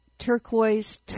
Turquoise